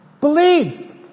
Believe